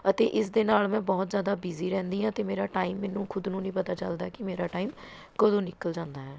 ਅਤੇ ਇਸਦੇ ਨਾਲ਼ ਮੈਂ ਬਹੁਤ ਜ਼ਿਆਦਾ ਬੀਜ਼ੀ ਰਹਿੰਦੀ ਹਾਂ ਅਤੇ ਮੇਰਾ ਟਾਈਮ ਮੈਨੂੰ ਖ਼ੁਦ ਨੂੰ ਨਹੀਂ ਪਤਾ ਚੱਲਦਾ ਕਿ ਮੇਰਾ ਟਾਈਮ ਕਦੋਂ ਨਿਕਲ ਜਾਂਦਾ ਹੈ